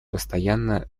постоянно